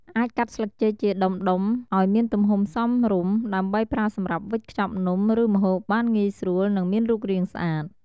អាចកាត់ស្លឹកចេកជាដុំៗឱ្យមានទំហំសមរម្យ ដើម្បីប្រើសម្រាប់វេចខ្ចប់នំ ឬម្ហូបបានងាយស្រួល និងមានរូបរាងស្អាត។